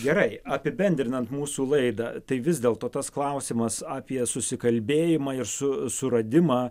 gerai apibendrinant mūsų laidą tai vis dėlto tas klausimas apie susikalbėjimą ir su suradimą